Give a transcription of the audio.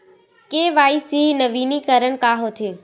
KYC नवीनीकरण का होथे?